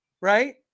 right